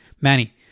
Manny